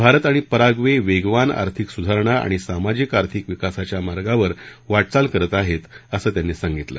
भारत आणि पराग्वे वेगवान आर्थिक सुधारणा आणि सामाजिक आर्थिक विकासाच्या मार्गावर वाटचाल करत आहेत असं त्यांनी सांगितलं